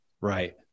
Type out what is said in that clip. Right